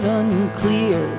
unclear